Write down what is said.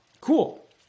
Cool